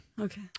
Okay